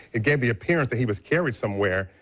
it gave the appearance that he was carried somewhere,